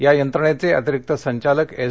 या यंत्रणेचे अतिरिक्त संचालक एस